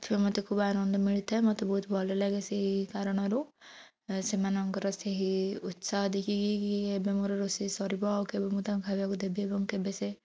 ସେଥିରେ ମୋତେ ଖୁବ୍ ଆନନ୍ଦ ମିଳିଥାଏ ମୋତେ ବହୁତ୍ ଭଲ ଲାଗେ ସେଇ କାରଣରୁ ସେମାନଙ୍କର ସେହି ଉତ୍ସାହ ଦେଖିକିକି ଏବେ ମୋର ରୋଷେଇ ସରିବ ଆଉ କେବେ ମୁଁ ତାଙ୍କୁ ଖାଇବାକୁ ଦେବି ଏବଂ କେବେ ସେ